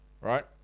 right